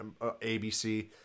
ABC